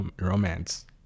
romance